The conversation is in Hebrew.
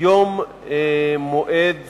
יום מועד